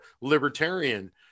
libertarian